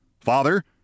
Father